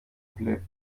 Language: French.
plaît